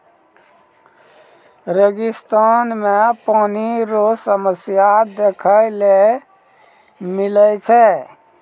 रेगिस्तान मे पानी रो समस्या देखै ले मिलै छै